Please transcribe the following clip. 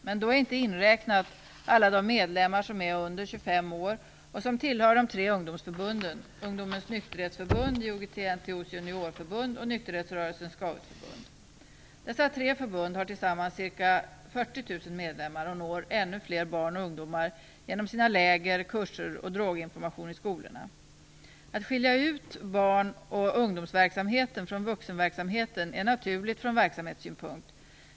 Men då har man inte räknat in alla de medlemmar som är under 25 år och som tillhör de tre ungdomsförbunden Ungdomens nykterhetsförbund, IOGT-NTO:s Juniorförbund och Nykterhetsrörelsens Scoutförbund. Dessa tre förbund har tillsammans ca 40 000 medlemmar och når ännu fler barn och ungdomar genom sina läger, kurser och sin droginformation i skolorna. Att skilja ut barn och ungdomsverksamheten från vuxenverksamheten är naturligt från verksamhetssynpunkt.